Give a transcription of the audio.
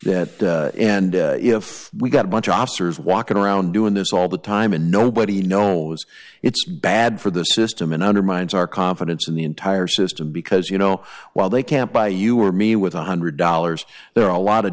that that and if we got a bunch of officers walking around doing this all the time and nobody knows it's bad for the system and undermines our confidence in the entire system because you know while they can't buy you or me with one hundred dollars there are a lot of